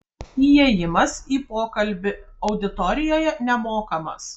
įėjimas į pokalbį auditorijoje nemokamas